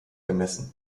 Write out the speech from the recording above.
gemessen